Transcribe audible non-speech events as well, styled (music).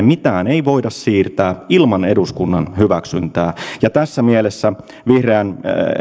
(unintelligible) mitään ei voida siirtää ilman eduskunnan hyväksyntää tässä mielessä vihreän